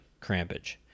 crampage